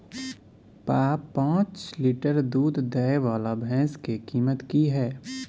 प जॉंच लीटर दूध दैय वाला भैंस के कीमत की हय?